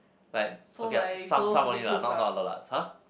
like okay ah some some only lah now not a lot lah !huh!